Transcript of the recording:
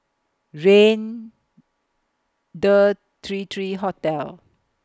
Raintr three three Hotel